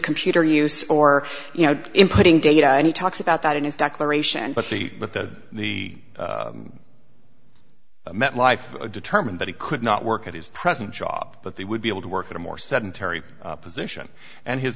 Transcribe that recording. computer use or you know inputting data and he talks about that in his declaration but the with the the met life determined that he could not work at his present job but they would be able to work in a more sedentary position and his